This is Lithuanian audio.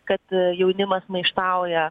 kad jaunimas maištauja